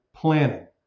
planning